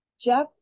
Jeff